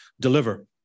deliver